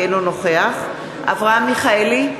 אינו נוכח אברהם מיכאלי,